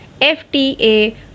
FTA